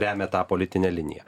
remia tą politinę liniją